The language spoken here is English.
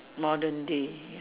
modern day